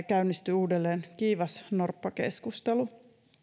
käynnistyi uudelleen kiivas norppakeskustelu